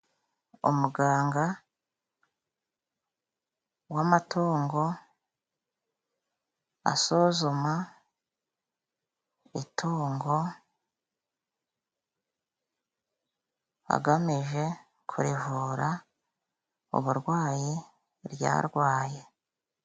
Umuganga w'amatungo asuzuma itungo agamije kurivura uburwayi ryarwaye.